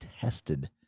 tested